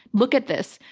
look at this.